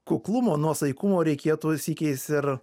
kuklumo nuosaikumo reikėtų sykiais ir